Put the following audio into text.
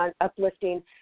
uplifting